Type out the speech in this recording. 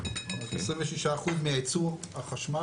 26% מייצור החשמל